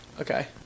Okay